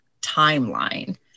timeline